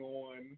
on